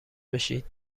بشید